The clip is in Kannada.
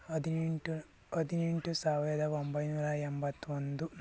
ಹದಿನೆಂಟು ಹದಿನೆಂಟು ಸಾವಿರದ ಒಂಬೈನೂರ ಎಂಬತ್ತೊಂದು